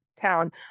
town